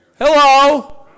Hello